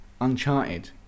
Uncharted